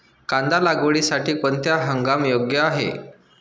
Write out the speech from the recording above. कांदा लागवडीसाठी कोणता हंगाम योग्य आहे?